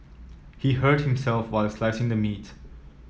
he hurt himself while slicing the meat